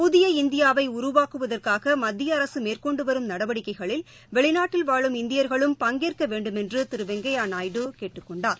புதிய இந்தியாவைஉருவாக்குவதற்காகமத்தியஅரசுமேற்கொண்டுவரும் நடவடிக்கைகளில் வெளிநாட்டில் வாழும் இந்தியர்களும் பங்கேற்கவேண்டுமென்றுதிருவெங்கையாநாயுடு கேட்டுக் கொண்டார்